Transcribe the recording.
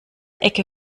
ecke